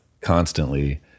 constantly